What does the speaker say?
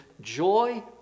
joy